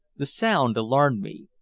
the sound alarmed me,